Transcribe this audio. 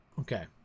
Okay